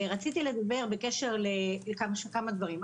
ורציתי לדבר בקשר לכמה דברים.